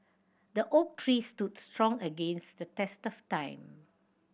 the oak tree stood strong against the test of time